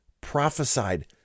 prophesied